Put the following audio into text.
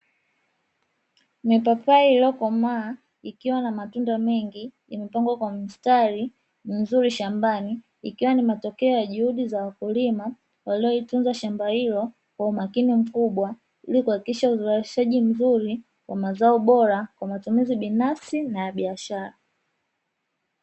Mipapai iliyokomaa ikiwa na matunda mengi imepangwa kwa mstari mzuri shambani, ikiwa ni matokeo ya juhudi za wakulima walio litunza shamba hilo kwa umakini mkubwa; ili kuhakikisha uzalishaji mzuri wa mazao bora kwa matumizi binafsi na ya biashara.